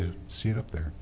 to see it up there